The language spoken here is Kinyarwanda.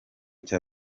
cya